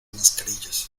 mascarillas